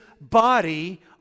Body